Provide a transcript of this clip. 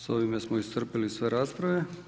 S ovime smo iscrpili sve rasprave.